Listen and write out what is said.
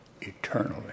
eternally